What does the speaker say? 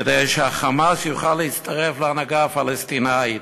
כדי שה"חמאס" יוכל להצטרף להנהגה הפלסטינית.